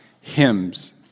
hymns